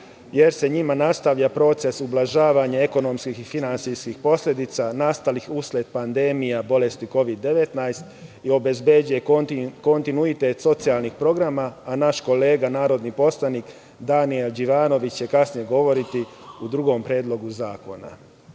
jer se njima nastavlja proces ublažavanja ekonomskih i finansijskih posledica nastalih usled pandemije bolesti Kovid 19 i obezbeđuje kontinuitet socijalnih programa, a naš kolega narodni poslanik Daniel Đivanović će kasnije govoriti o drugom predlogu